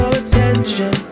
attention